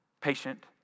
patient